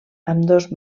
ambdós